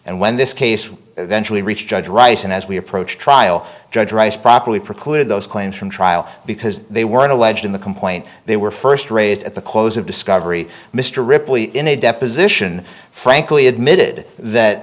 and when this case eventually reached judge wright and as we approached trial judge rice properly precluded those claims from trial because they weren't alleged in the complaint they were first raised at the close of discovery mr ripley in a deposition frankly admitted that